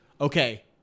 okay